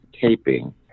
taping